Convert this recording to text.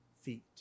feet